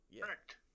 Correct